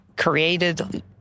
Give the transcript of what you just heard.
created